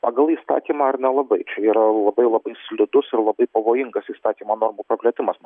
pagal įstatymą ar nelabai čia yra labai labai slidus ir labai pavojingas įstatymo normų praplėtimas